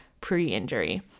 pre-injury